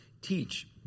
teach